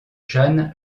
jeanne